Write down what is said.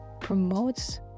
promotes